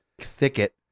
thicket